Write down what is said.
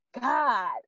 God